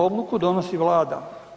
Odluku donosi Vlada.